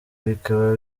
bikaba